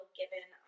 given